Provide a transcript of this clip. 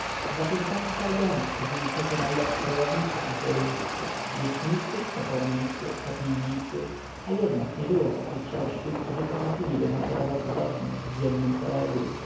za piętami sargona chodzili przecie najlepsi wojownicy asyryjscy łucznicy topornicy kopijnicy a jednak nie było takich sześciu którzy potrafiliby maszerować zgodnie w jednym szeregu